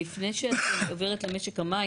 לפני שאת עוברת למשק המים,